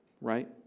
right